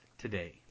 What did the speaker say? today